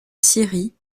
scierie